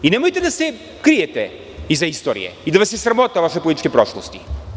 Nemojte da se krijete iza istorije i da vas je sramota vaše političke prošlosti.